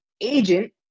agent